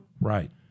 Right